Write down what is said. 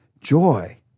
Joy